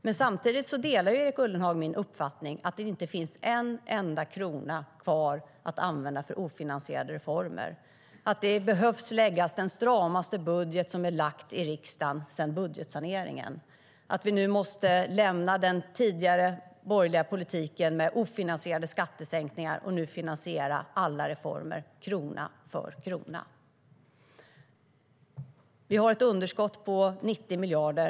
Men samtidigt delar Erik Ullenhag min uppfattning att det inte finns en enda krona kvar att använda för ofinansierade reformer, att det behöver läggas den stramaste budget som är lagd i riksdagen sedan budgetsaneringen och att vi nu måste lämna den tidigare borgerliga politiken med ofinansierade skattesänkningar och finansiera alla reformer krona för krona. Vi har ett underskott på 90 miljarder.